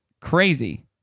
crazy